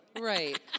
Right